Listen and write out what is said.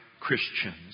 Christians